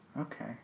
Okay